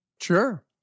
Sure